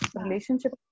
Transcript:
relationship